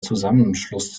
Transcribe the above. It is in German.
zusammenschluss